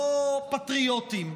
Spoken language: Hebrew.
לא פטריוטים.